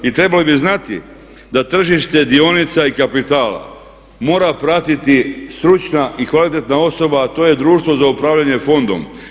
I trebali bi znati da tržište dionica i kapitala mora pratiti stručna i kvalitetna osoba a to je Društvo za upravljanje fondom.